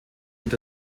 litt